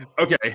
Okay